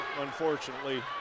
unfortunately